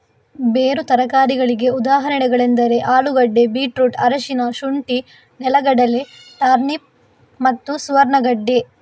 ಬೇರು ತರಕಾರಿಗಳಿಗೆ ಉದಾಹರಣೆಗಳೆಂದರೆ ಆಲೂಗೆಡ್ಡೆ, ಬೀಟ್ರೂಟ್, ಅರಿಶಿನ, ಶುಂಠಿ, ನೆಲಗಡಲೆ, ಟರ್ನಿಪ್ ಮತ್ತು ಸುವರ್ಣಗೆಡ್ಡೆ